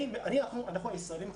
אנחנו הישראלים החדשים,